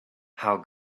how